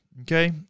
Okay